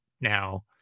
now